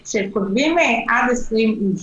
כשכותבים: עד 20 אנשים,